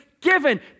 given